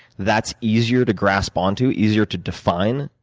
that's easier to grasp onto, easier to define,